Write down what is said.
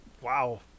Wow